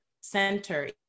center